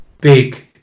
big